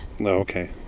okay